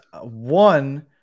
One